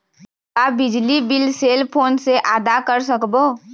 का बिजली bill cell phone से आदा कर सकबो?